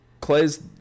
Clay's